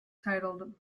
titled